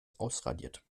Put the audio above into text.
ausradiert